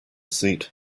seat